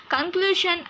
conclusion